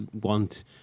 want